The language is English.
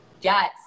Yes